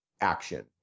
action